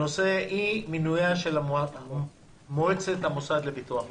הנושא הוא אי מינויה של מועצת המוסד לביטוח לאומי.